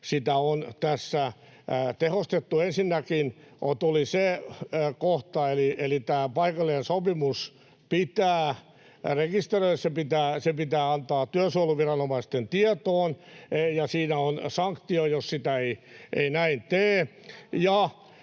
sitä on tässä tehostettu. Ensinnäkin tuli se kohta, että paikallinen sopimus pitää rekisteröidä, se pitää antaa työsuojeluviranomaisten tietoon ja siinä on sanktio, jos sitä ei näin tee.